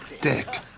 Dick